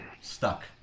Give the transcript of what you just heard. stuck